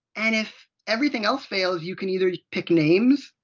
and if everything else fails you can either pick names.